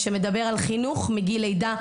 שמדבר על חינוך מגיל לידה,